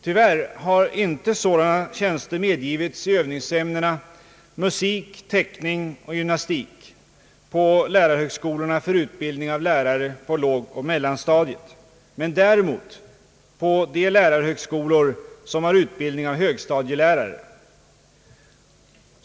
Tyvärr har sådana tjänster inte medgivits i övningsämnena musik, teckning och gymnastik på lärarhögskolorna för utbildning av lärare på lågoch mellanstadiet, men däremot på de lärarhögskolor som har utbildning av högstadielärare.